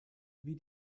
wie